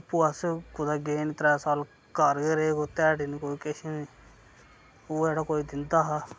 आपूं अस कुतै गे नी त्रै साल घर गै रेह् कोई ध्याड़ी नी कोई किश नेईं उ'यै जेह्ड़ा कोई दिंदा हा